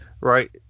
right